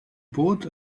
bod